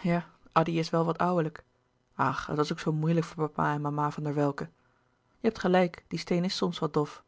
ja addy is wel wat ouwelijk ach het was ook zoo moeilijk voor papa en mama van der welcke je hebt gelijk die steen is soms wat dof